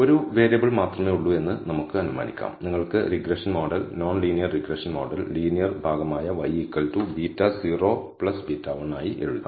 ഒരു വേരിയബിൾ മാത്രമേ ഉള്ളൂ എന്ന് നമുക്ക് അനുമാനിക്കാം നിങ്ങൾക്ക് regression model non linear regression model linear ഭാഗമായ y β0 β1 ആയി എഴുതാം